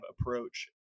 approach